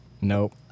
Nope